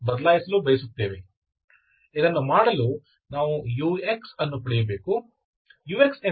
ಇದನ್ನು ಮಾಡಲು ನಾವು ux ಅನ್ನು ಪಡೆಯಬೇಕು ux ಎಂದರೇನು